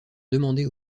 demander